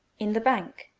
in the bank.